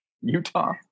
Utah